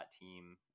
team